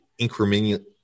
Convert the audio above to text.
incrementally